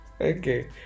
Okay